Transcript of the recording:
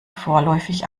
vorläufig